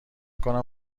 کنم